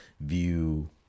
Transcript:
view